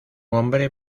hombre